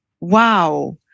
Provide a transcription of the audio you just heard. Wow